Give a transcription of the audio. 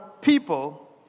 people